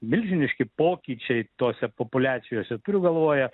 milžiniški pokyčiai tose populiacijose turiu galvoje